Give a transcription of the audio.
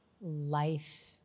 life